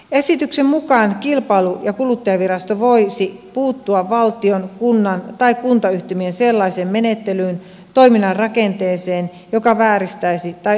esityksen mukaan kilpailu ja kuluttajavirasto voisi puuttua valtion kunnan tai kuntayhtymien sellaiseen menettelyyn tai toiminnan rakenteeseen joka vääristäisi tai estäisi kilpailua